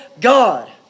God